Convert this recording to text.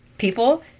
people